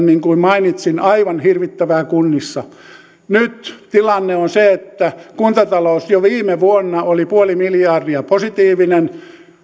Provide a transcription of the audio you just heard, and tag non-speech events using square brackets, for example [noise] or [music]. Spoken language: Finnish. [unintelligible] niin kuin mainitsin oli aivan hirvittävää kunnissa nyt tilanne on se että kuntatalous jo viime vuonna oli puoli miljardia positiivinen